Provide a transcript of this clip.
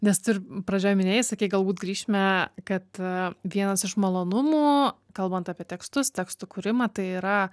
nes tu ir pradžioj minėjai sakei galbūt grįšime kad vienas iš malonumų kalbant apie tekstus tekstų kūrimą tai yra